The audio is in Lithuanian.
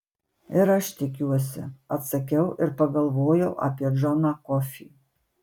ir aš tikiuosi atsakiau ir pagalvojau apie džoną kofį